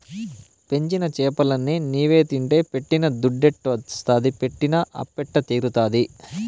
పెంచిన చేపలన్ని నీవే తింటే పెట్టిన దుద్దెట్టొస్తాది పెట్టిన అప్పెట్ట తీరతాది